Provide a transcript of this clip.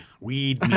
Weed